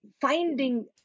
finding